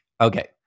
Okay